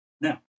Now